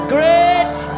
Great